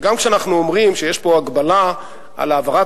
שגם כשאנחנו אומרים שיש פה הגבלה על העברת